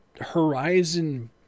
horizon